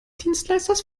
dienstleisters